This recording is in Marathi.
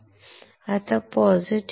आता पॉझिटिव्ह फोटोरेसिस्ट म्हणजे काय